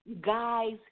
guys